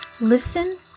listen